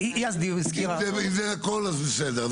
אם זה הכל, אז בסדר.